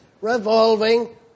revolving